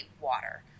water